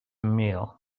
meal